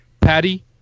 Patty